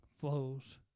flows